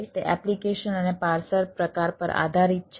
તે એપ્લિકેશન અને પાર્સર પ્રકાર પર આધારિત છે